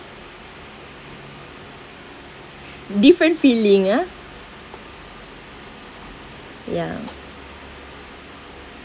different feeling ah ya